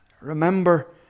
Remember